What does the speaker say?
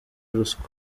ruswa